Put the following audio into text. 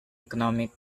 economic